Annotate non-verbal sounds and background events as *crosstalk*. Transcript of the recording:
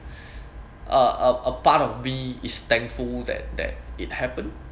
*breath* a a a part of me is thankful that that it happened